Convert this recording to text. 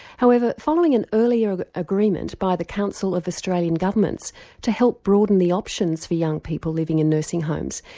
however, following an earlier agreement by the council of australian governments to help broaden the options for young people living in nursing homes,